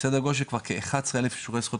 וסדר גודל של כבר כ-11 אלף אישורי זכויות